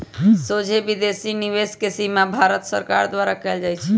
सोझे विदेशी निवेश के सीमा भारत सरकार द्वारा कएल जाइ छइ